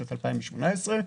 בשנת 2018,